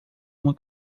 uma